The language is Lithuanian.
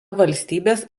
valstybės